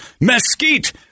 Mesquite